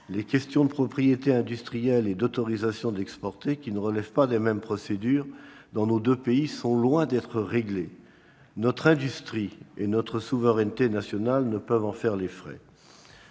les questions de propriétés industrielles et d'autorisation d'exporter, qui ne relèvent pas des mêmes procédures dans nos deux pays, sont loin d'être réglées. Notre industrie et notre souveraineté nationale ne peuvent en faire les frais.